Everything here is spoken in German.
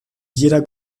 jeder